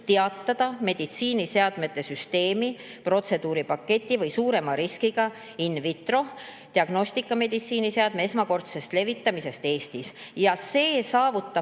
teatada meditsiiniseadmete süsteemi, protseduuripaketi või suurema riskigain vitrodiagnostika meditsiiniseadme esmakordsest levitamisest Eestis. See saavutab